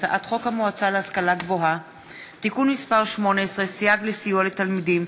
הצעת חוק המועצה להשכלה גבוהה (תיקון מס' 18) (סייג לסיוע לתלמידים),